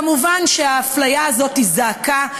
מובן שהאפליה הזאת זעקה.